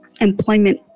employment